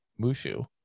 Mushu